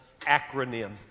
acronym